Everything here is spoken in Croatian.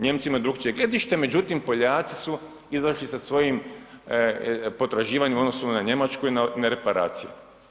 Nijemci imaju drukčije gledište, međutim, Poljaci su izašli sa svojim potraživanjima u odnosu na Njemačku i na reparaciju.